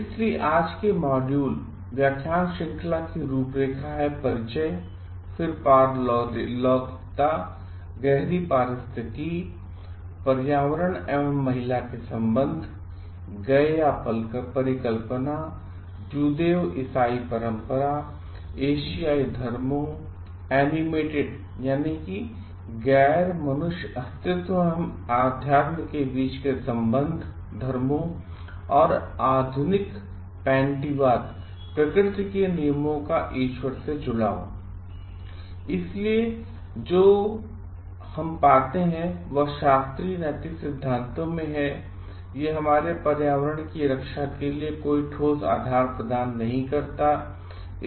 इसलिए आज के लिए मॉड्यूल व्याख्यान श्रृंखला की रूपरेखा है परिचय फिर पारलौकिकता गहरी पारिस्थितिकी पर्यावरण एवं महिला के सम्बन्ध गैया परिकल्पनाजूदेव ईसाईपरंपरा एशियाई धर्मों एनिमेटेड इसलिए जो हम पाते हैं वह शास्त्रीय नैतिक सिद्धांतों में है यह हमारे पर्यावरण की रक्षा के लिए कोई ठोस आधार प्रदान नहीं करता है